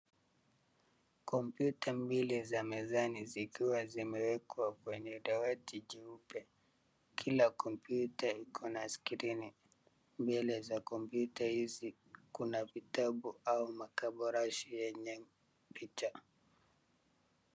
Kompyuta mbili za mezani zikiwa zimewekwa kwenye dawati jeupe. Kila kompyuta iko na skirini. Mbele za kompyuta hizi kuna vitabu au makabarashi yenye picha.